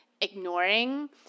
ignoring